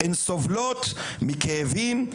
הן סובלות מכאבים,